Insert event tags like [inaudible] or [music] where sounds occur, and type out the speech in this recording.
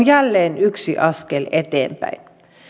[unintelligible] jälleen yksi askel eteenpäin